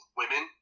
women